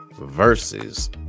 versus